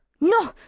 No